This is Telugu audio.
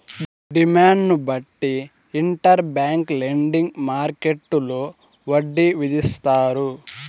డిమాండ్ను బట్టి ఇంటర్ బ్యాంక్ లెండింగ్ మార్కెట్టులో వడ్డీ విధిస్తారు